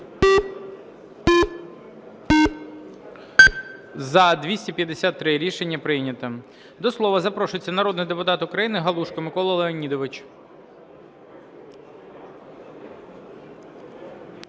За-253 Рішення прийнято. До слова запрошується народний депутат України Галушко Микола Леонідович.